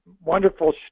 wonderful